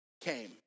came